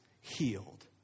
healed